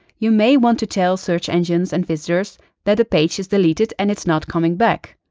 you may want to tell search engines and visitors that the page is deleted and it's not coming back.